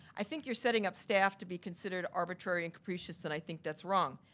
i think you're setting up staff to be considered arbitrary and capricious, and i think that's wrong.